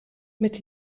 mit